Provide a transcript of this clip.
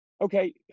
Okay